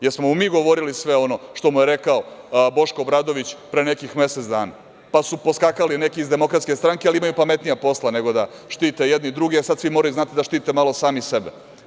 Jesmo mu mi govorili sve ono što mu je rekao Boško Obradović pre nekih mesec dana, pa su poskakali neki iz DS, ali imaju pametnija posla nego da štite jedni druge, a sada svi moraju da štite malo sami sebe.